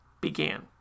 began